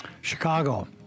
Chicago